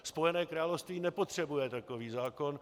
Spojené království nepotřebuje takový zákon.